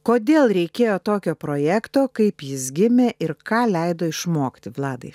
kodėl reikėjo tokio projekto kaip jis gimė ir ką leido išmokti vladai